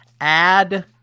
add